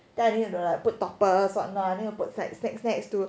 then I have to like put topper sort not like snakes to